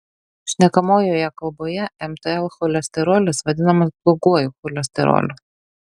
šnekamojoje kalboje mtl cholesterolis vadinamas bloguoju cholesteroliu